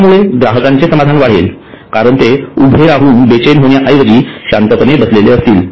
यामुळे ग्राहकांचे समाधान वाढेल कारण ते उभे राहून बेचैन होण्याऐवजी शांतपणे बसलेले असतील